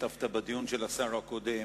השתתפת בדיון של השר הקודם,